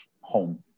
home